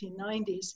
1990s